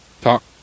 Talk